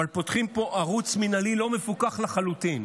אבל פותחים פה ערוץ מינהלי לא מפוקח לחלוטין.